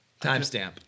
Timestamp